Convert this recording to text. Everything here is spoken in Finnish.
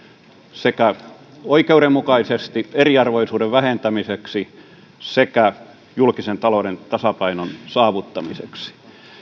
sekä oikeudenmukaisesti eriarvoisuuden vähentämiseksi että julkisen talouden tasapainon saavuttamiseksi